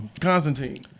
Constantine